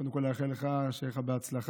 קודם כול לאחל לך שיהיה לך בהצלחה.